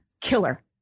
killer